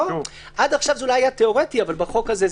עד עכשיו זה היה תיאורטי אבל בחוק הזה,